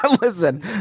Listen